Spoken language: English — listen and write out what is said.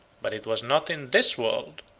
but it was not in this world,